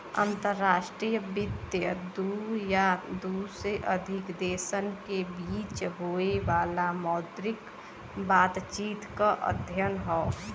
अंतर्राष्ट्रीय वित्त दू या दू से अधिक देशन के बीच होये वाला मौद्रिक बातचीत क अध्ययन हौ